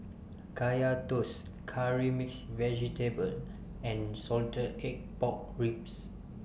Kaya Toast Curry Mixed Vegetable and Salted Egg Pork Ribs